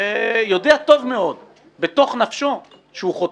יודע טוב מאוד בתוך נפשו שהוא חוטא.